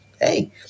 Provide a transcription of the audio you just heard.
hey